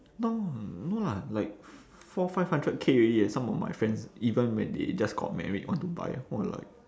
no no lah like four five hundred K already leh some of my friends even when they just got married want to buy !wah! like